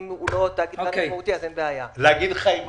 האם אני שקט?